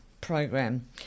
program